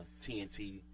TNT